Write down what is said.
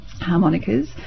harmonicas